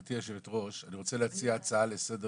גברתי היושבת-ראש, אני רוצה להציע הצעה לסדר